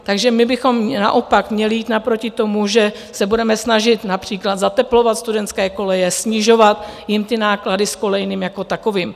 Takže my bychom naopak měli jít naproti tomu, že se budeme snažit například zateplovat studentské koleje, snižovat jim ty náklady s kolejným jako takovým.